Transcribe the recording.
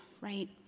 right